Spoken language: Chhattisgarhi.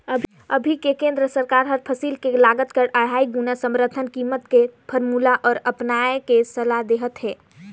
अभी के केन्द्र सरकार हर फसिल के लागत के अढ़ाई गुना समरथन कीमत के फारमुला ल अपनाए के सलाह देहत हे